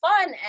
fun